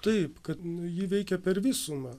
taip kad ji veikia per visumą